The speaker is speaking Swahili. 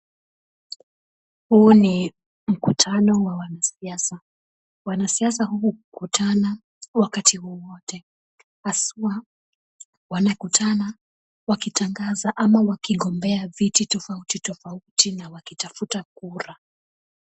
Huu ni mkutano wa wanasiasa . Wanasiasa hukutana wakati wowote haswa wanakutana wakitangaza ama wakigombea viti tofauti tofauti na wakitafuta kura.